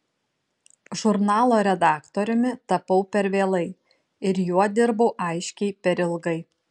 žurnalo redaktoriumi tapau per vėlai ir juo dirbau aiškiai per ilgai